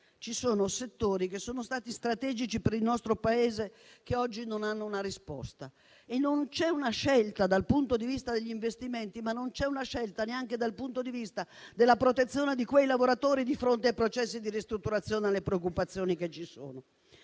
ci sono settori che sono stati strategici per il nostro Paese e che oggi non hanno una risposta. E non c'è una scelta dal punto di vista degli investimenti, ma non c'è una scelta neanche dal punto di vista della protezione di quei lavoratori di fronte ai processi di ristrutturazione e alle preoccupazioni che ci sono.